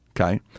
Okay